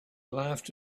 laughed